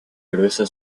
gruesa